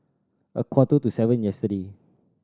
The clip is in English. a quarter to seven yesterday